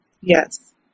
yes